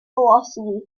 velocity